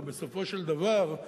ובסופו של דבר,